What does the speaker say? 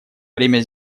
время